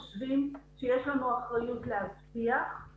אני חושב שיש שלוש שאלות שיכולות להיות רלוונטיות בדיון כזה